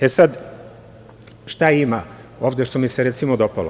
E sad, šta ima, ovde što mi se recimo dopalo.